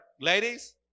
Ladies